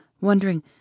wondering